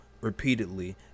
repeatedly